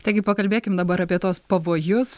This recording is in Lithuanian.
taigi pakalbėkim dabar apie tuos pavojus